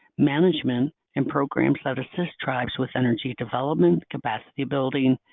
management, and programs that assist tribes with energy development, capacity building,